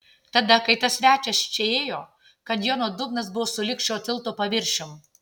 tada kai tas svečias čia ėjo kanjono dugnas buvo sulig šio tilto paviršium